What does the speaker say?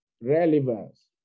Relevance